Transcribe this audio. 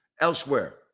Elsewhere